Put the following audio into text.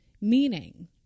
meaning